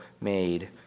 made